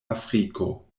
afriko